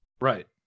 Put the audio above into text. right